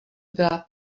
byla